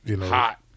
Hot